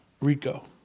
Rico